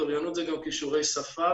אוריינות זה גם כישורי שפה,